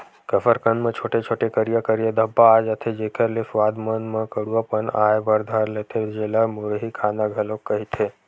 कसरकंद म छोटे छोटे, करिया करिया धब्बा आ जथे, जेखर ले सुवाद मन म कडुआ पन आय बर धर लेथे, जेला मुरही खाना घलोक कहिथे